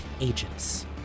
agents